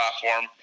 platform